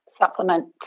supplement